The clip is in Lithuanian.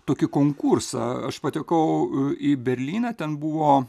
tokį konkursą aš patekau į berlyną ten buvo